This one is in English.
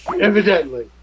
Evidently